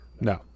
No